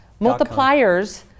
Multipliers